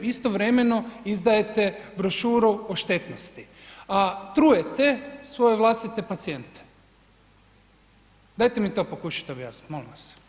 Istovremeno izdajete brošuru o štetnosti, a trujete svoje vlastite pacijente, dajte mi to pokušajte objasniti molim vas.